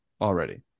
already